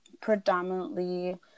predominantly